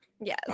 Yes